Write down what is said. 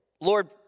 Lord